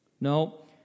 No